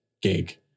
gig